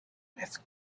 with